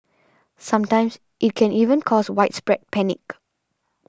sometimes it can even cause widespread panic